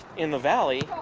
in the valley,